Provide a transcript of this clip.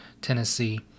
Tennessee